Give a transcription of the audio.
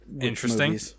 interesting